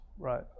Right